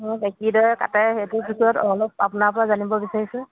কিদৰে কাটে সেইটো বিষয়ত অলপ আপোনাৰ পৰা জানিব বিচাৰিছোঁ